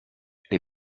les